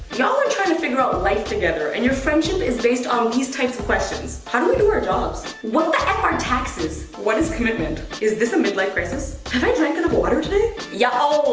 y'all are trying to figure out life together and your friendship is based on these types of questions. how do we do our jobs? what the f are taxes? what is commitment? is this a mid-life crisis? have i drank enough water today? you old!